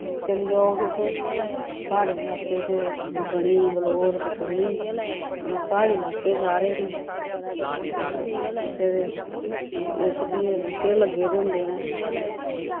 चली जाओ तुस प्हाड़ी लाक्के च बनी बलौर बसोह्ली एह् प्हाड़ी लाक्के सारे न ते उत्थे दे ओशदियें दे बूह्टे लग्गे दे होंदे नै